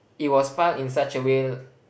it was filed in such a way